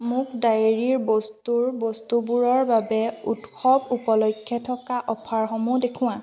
মোক ডায়েৰীৰ বস্তুৰ বস্তুবোৰৰ বাবে উৎসৱ উপলক্ষে থকা অফাৰসমূহ দেখুওৱা